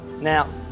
Now